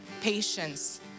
patience